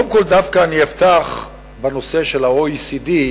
קודם כול, אני אפתח דווקא בנושא של ה-OECD,